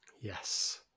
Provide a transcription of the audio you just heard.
yes